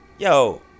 Yo